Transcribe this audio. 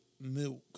milk